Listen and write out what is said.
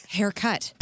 Haircut